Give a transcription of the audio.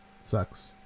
Sucks